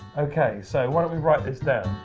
okay, so why don't we write this down?